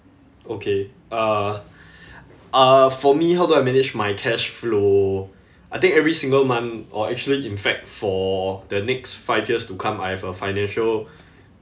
okay uh uh for me how do I manage my cash flow I think every single month or actually in fact for the next five years to come I have a financial